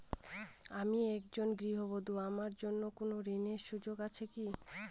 আমি একজন গৃহবধূ আমার জন্য কোন ঋণের সুযোগ আছে কি?